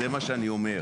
זה מה שאני אומר.